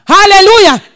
Hallelujah